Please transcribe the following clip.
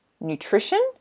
nutrition